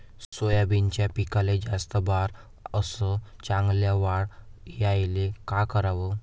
सोयाबीनच्या पिकाले जास्त बार अस चांगल्या वाढ यायले का कराव?